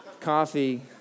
coffee